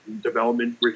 development